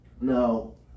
No